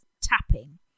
tapping